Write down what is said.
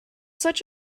such